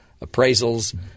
appraisals